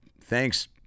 Thanks